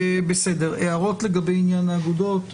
יש הערות לגבי עניין האגודות?